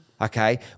okay